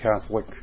Catholic